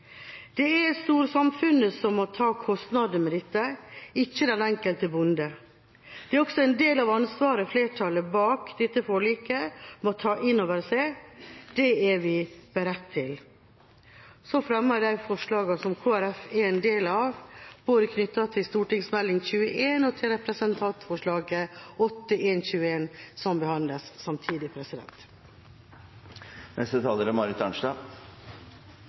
Det er storsamfunnet som må ta kostnadene med dette – ikke den enkelte bonde. Det er også en del av ansvaret flertallet bak dette forliket må ta inn over seg. Det er vi beredt til. Med dette anbefaler Kristelig Folkeparti innstillinga. Senterpartiet kan ikke stemme for det som blir vedtatt her i dag. Vi har våre egne forslag. Det som blir vedtatt i dag, kommer ikke til